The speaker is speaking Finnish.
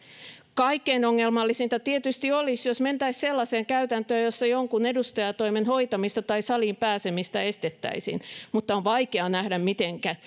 kaikkein ongelmallisinta tietysti olisi jos mentäisiin sellaiseen käytäntöön jossa jonkun edustajantoimen hoitamista tai saliin pääsemistä estettäisiin mutta on vaikea nähdä mitenkä